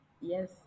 yes